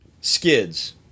Skids